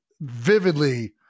vividly